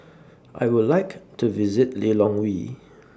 I Would like to visit Lilongwe